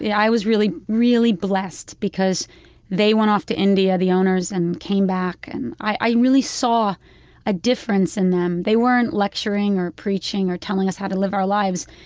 yeah i was really, really blessed, because they went off to india, the owners, and came back and i really saw a difference in them. they weren't lecturing or preaching or telling us how to live our lives,